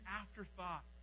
afterthought